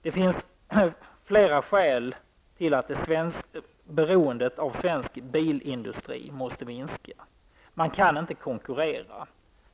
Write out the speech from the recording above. Det finns flera skäl till att beroendet av svensk bilindustri måste minska. Den kan inte konkurrera.